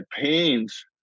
pains